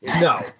No